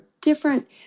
different